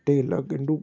टे लख आहिनि टू